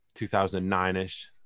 2009-ish